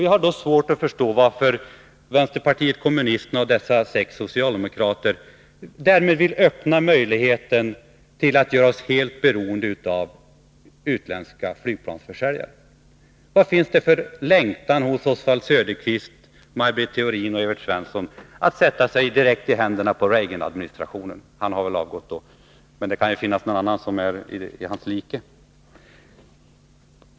Jag har svårt att förstå varför vänsterpartiet kommunisterna och dessa sex socialdemokrater därmed vill öppna möjligheten till att göra oss helt beroende av utländska flygplansförsäljare. Vad finns det för längtan hos Oswald Söderqvist, Maj Britt Theorin och Evert Svensson att sätta sig direkt i händerna på Reaganadministrationen? Reagan har väl gått då, men det kan finnas någon annan som är hans like.